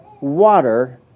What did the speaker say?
water